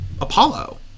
Apollo